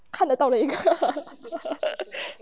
看得到的一个